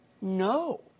No